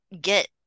get